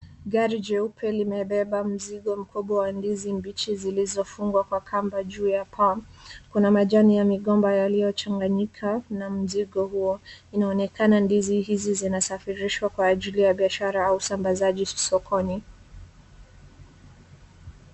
Gari jeupe linabeba mzigo mkubwa wa ndizi mbichi zilizofungwa kwa kamba juu ya paa. Kuna majani ya migomba yaliyochanganyika na mzigo huo. Inaonekana ndizi hizi zinasafirishwa kwa ajili ya biashara au usambazaji sokoni.